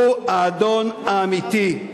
הוא האדון האמיתי,